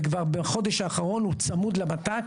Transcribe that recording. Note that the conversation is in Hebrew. וכבר בחודש האחרון הוא צמוד למט"ק,